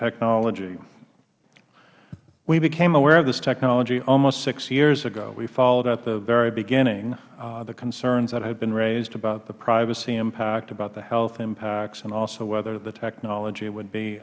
technology we became aware of this technology almost six years ago we followed at the very beginning the concerns that had been raised about the privacy impact about the health impacts and also whether the technology would be